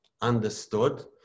understood